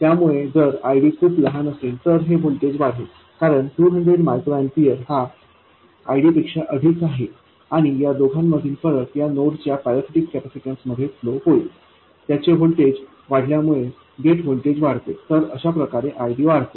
त्यामुळेजर ID खूप लहान असेल तर हे व्होल्टेज वाढेल कारण 200 μA हा IDपेक्षा अधिक आहे आणि या दोघांमधील फरक या नोड च्या पॅरासिटिक कॅपॅसिटन्स मध्ये फ्लो होईल त्याचे व्होल्टेज वाढल्यामुळे गेट व्होल्टेज वाढते तर अशाप्रकारे ID वाढतो